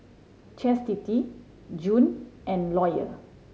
Chastity June and Lawyer